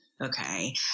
Okay